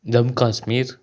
Jammu Kashmir